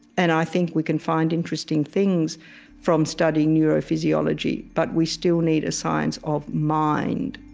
and i think we can find interesting things from studying neurophysiology, but we still need a science of mind,